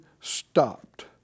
stopped